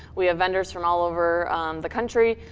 we have vendors from all over the country.